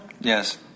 Yes